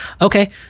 Okay